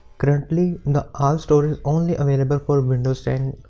currently the altstore is only available for windows ten.